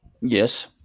Yes